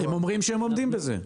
הם אומרים שהם עומדים בזה.